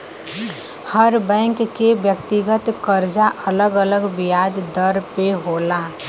हर bank के व्यक्तिगत करजा अलग अलग बियाज दर पे होला